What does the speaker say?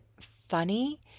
funny